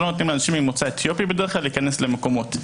שלא נותנים לאנשים ממוצא אתיופי בדרך כלל להיכנס למקומות.